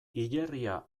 hilerria